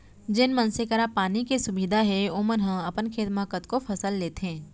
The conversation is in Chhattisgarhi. जेन मनसे करा पानी के सुबिधा हे ओमन ह अपन खेत म कतको फसल लेथें